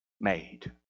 made